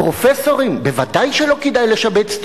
פרופסורים בוודאי לא כדאי לשבץ,